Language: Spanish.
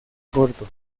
gordo